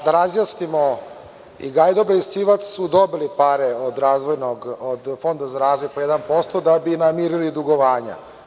Da razjasnimo, i Gajdobre i Sivac su dobili pare od Fonda za razvoj po 1%, da bi namirili dugovanja.